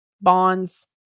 bonds